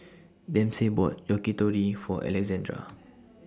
Dempsey bought Yakitori For Alessandra